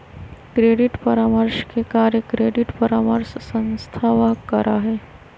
credit परामर्श के कार्य क्रेडिट परामर्श संस्थावह करा हई